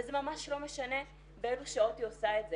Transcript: וזה ממש לא משנה באילו שעות היא עושה את זה.